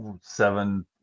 seven